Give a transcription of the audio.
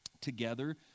together